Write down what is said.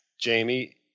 Jamie